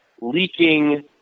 leaking